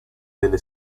delle